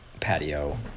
patio